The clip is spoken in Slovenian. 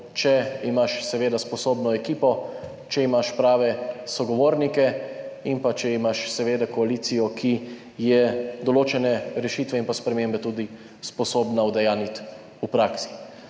če imaš seveda sposobno ekipo, če imaš prave sogovornike in pa če imaš seveda koalicijo, ki je določene rešitve in pa spremembe tudi sposobna udejanjiti v praksi.